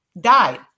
died